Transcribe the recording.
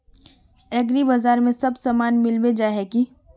एग्रीबाजार में सब सामान मिलबे जाय है की?